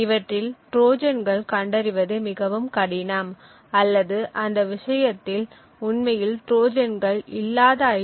இவற்றில் ட்ரோஜான்கள் கண்டறிவது மிகவும் கடினம் அல்லது அந்த விஷயத்தில் உண்மையில் ட்ரோஜான்கள் இல்லாத ஐ